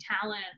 talent